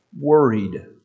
worried